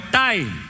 time